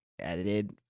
edited